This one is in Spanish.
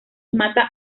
mata